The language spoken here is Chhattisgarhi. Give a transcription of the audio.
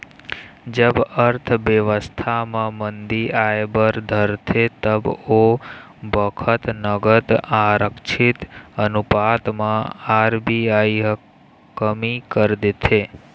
जब अर्थबेवस्था म मंदी आय बर धरथे तब ओ बखत नगद आरक्छित अनुपात म आर.बी.आई ह कमी कर देथे